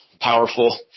powerful